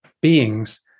beings